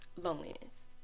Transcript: loneliness